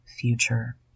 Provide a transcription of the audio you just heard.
future